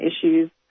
issues